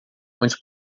onde